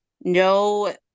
no